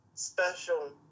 special